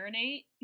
marinate